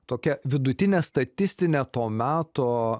tokia vidutinė statistinė to meto